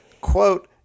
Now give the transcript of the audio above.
Quote